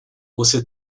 você